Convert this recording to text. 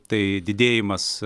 tai didėjimas